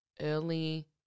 early